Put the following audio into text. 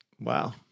Wow